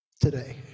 today